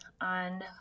on